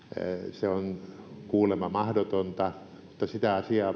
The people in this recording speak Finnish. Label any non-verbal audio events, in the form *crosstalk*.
se on kuulemma mahdotonta mutta sitä asiaa *unintelligible*